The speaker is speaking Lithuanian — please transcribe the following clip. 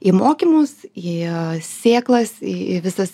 į mokymus į sėklas į visas